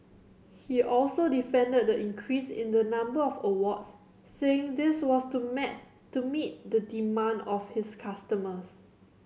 he also defended the increase in the number of awards saying this was to met to meet the demand of his customers